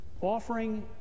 Offering